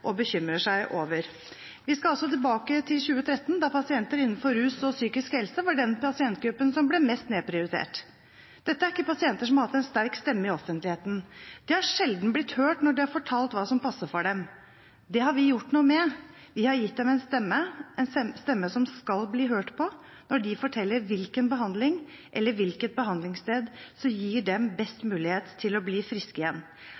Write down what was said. over. Vi skal tilbake til 2013, da pasienter innenfor rus og psykisk helse var den pasientgruppen som ble mest nedprioritert. Dette er ikke pasienter som har hatt en sterk stemme i offentligheten. De har sjelden blitt hørt når de har fortalt hva som passer for dem. Det har vi gjort noe med. Vi har gitt dem en stemme, en stemme som skal bli hørt når de forteller hvilken behandling eller hvilket behandlingssted som gir dem best mulighet til å bli friske igjen.